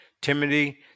Timothy